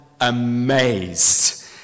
amazed